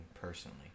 personally